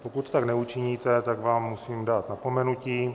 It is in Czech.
Pokud tak neučiníte, tak vám musím dát napomenutí.